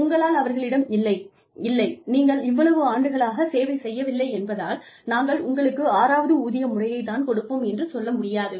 உங்களால் அவர்களிடம் இல்லை இல்லை நீங்கள் இவ்வளவு ஆண்டுகளாக சேவை செய்யவில்லை என்பதால் நாங்கள் உங்களுக்கு ஆறாவது ஊதிய முறையைத் தான் கொடுப்போம் என்று சொல்ல முடியாது